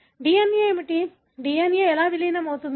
DNA ఏమిటి DNA ఎలా విలీనం అవుతుంది